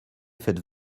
faites